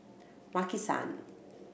Maki San